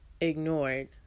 ignored